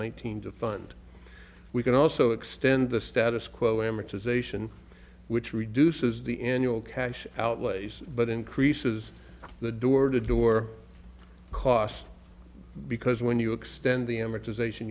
thousand to fund we can also extend the status quo amortization which reduces the annual cash outlays but increases the door to door costs because when you extend the amortization